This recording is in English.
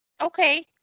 Okay